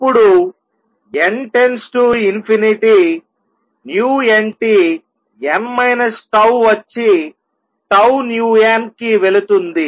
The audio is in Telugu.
ఇప్పుడు n → nt n 𝜏 వచ్చి 𝜏 n కి వెళుతుంది